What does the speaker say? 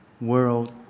world